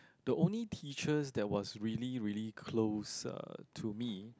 the only teacher that was really really close uh to me